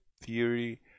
theory